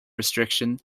restriction